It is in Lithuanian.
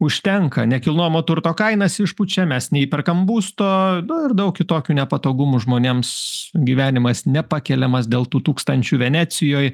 užtenka nekilnojamo turto kainas išpučia mes neįperkam būsto ir daug kitokių nepatogumų žmonėms gyvenimas nepakeliamas dėl tų tūkstančių venecijoj